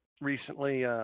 recently –